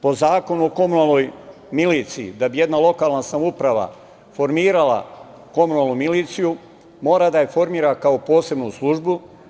Po Zakonu o komunalnoj miliciji, da bi jedna lokalna samouprava formirala komunalnu miliciju, mora da je formira, kao posebnu službu.